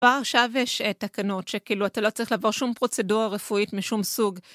ועכשיו יש תקנות שכאילו אתה לא צריך לבוא שום פרוצדורה רפואית משום סוג.